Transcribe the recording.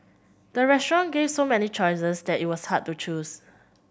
the restaurant gave so many choices that it was hard to choose